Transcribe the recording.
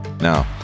Now